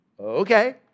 okay